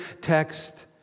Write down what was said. text